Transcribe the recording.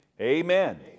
amen